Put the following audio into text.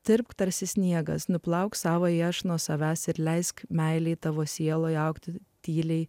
dirbk tarsi sniegas nuplauk savąjį aš nuo savęs ir leisk meilei tavo sieloje augti tyliai